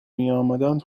میآمدند